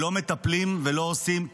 לא מטפלים ולא עושים כמעט,